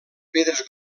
pedres